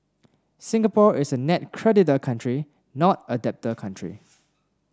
Singapore is a net creditor country not a debtor country